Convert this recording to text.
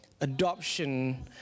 adoption